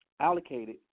allocated